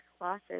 losses